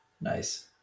Nice